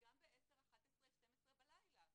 גם ב-22:00, 23:00, 00:00 בלילה.